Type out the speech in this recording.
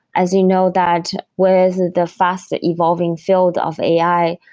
as you know that with the fast-evolving field of ai,